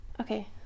Okay